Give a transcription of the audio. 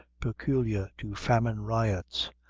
peculiar to famine riots.